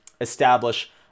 establish